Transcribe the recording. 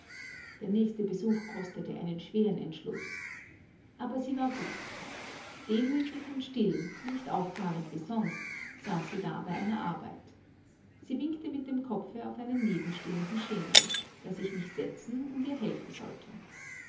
der nächste besuch kostete einen schweren entschluß aber sie war gut demütig und still nicht auffahrend wie sonst saß sie da bei einer arbeit sie winkte mit dem kopfe auf einen nebenstehenden schemel daß ich mich setzen und ihr helfen sollte